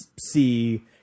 see